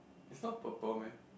is not purple meh